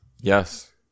Yes